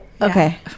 okay